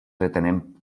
pretenem